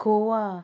खोवा